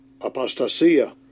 apostasia